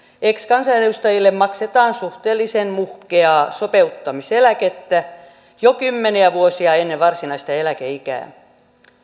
ex kansanedustajille maksetaan suhteellisen muhkeaa sopeuttamiseläkettä jo kymmeniä vuosia ennen varsinaista eläkeikää